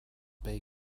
bay